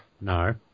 No